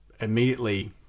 immediately